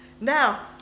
Now